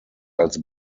als